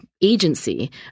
agency